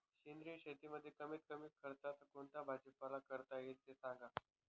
सेंद्रिय शेतीमध्ये कमीत कमी खर्चात कोणता भाजीपाला करता येईल ते सांगा